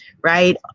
right